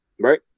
Right